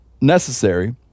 necessary